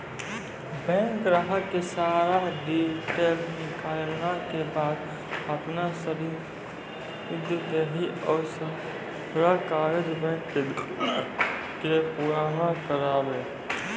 Bank ग्राहक के सारा डीटेल निकालैला के बाद आपन रसीद देहि और सारा कागज बैंक के दे के पुराना करावे?